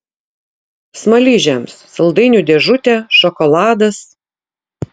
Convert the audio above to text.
smaližiams saldainių dėžutė šokoladas